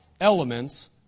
elements